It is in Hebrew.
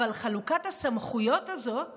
אבל חלוקת הסמכויות הזאת